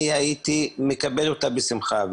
אני הייתי מקבל אותה בשמחה.